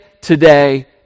today